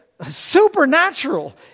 supernatural